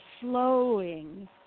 flowing